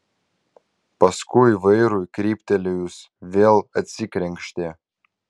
paskui vairui kryptelėjus vėl atsikrenkštė